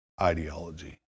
ideology